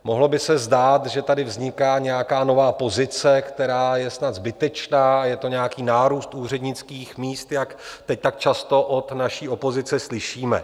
Mohlo by se zdát, že tady vzniká nějaká nová pozice, která je snad zbytečná, a je to nějaký nárůst úřednických míst, jak teď tak často od naší opozice slyšíme.